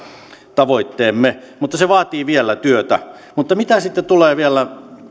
tavoitteemme mutta se vaatii vielä työtä mitä sitten tulee vielä